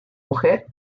mujer